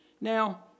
Now